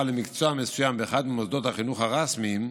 למקצוע מסוים באחד ממוסדות החינוך הרשמיים,